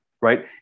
right